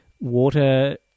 water